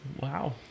Wow